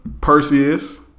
Perseus